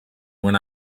when